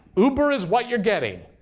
uber is what you're getting.